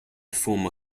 former